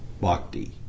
Bhakti